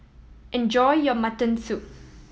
enjoy your mutton soup